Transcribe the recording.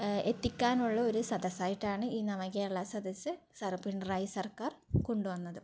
എത്തിക്കാനുള്ള ഒരു സദസ്സായിട്ടാണ് ഈ നവകേരള സദസ്സ് സർ പിണറായി സർക്കാർ കൊണ്ടു വന്നത്